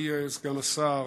אדוני השר,